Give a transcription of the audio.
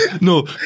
No